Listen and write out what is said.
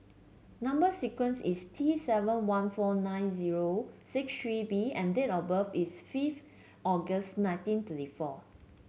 number sequence is T seven one four nine zero six three B and date of birth is fifth August nineteen thirty four